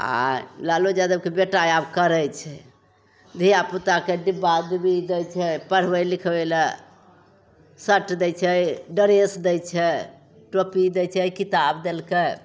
आओर लालू यादवके बेटा आब करै छै धिआपुताके डिब्बा डुब्बी दै छै पढ़बै लिखबै ले शर्ट दै छै ड्रेस दै छै टोपी दै छै किताब देलकै